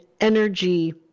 energy